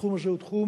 התחום הזה הוא תחום